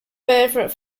favorite